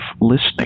listening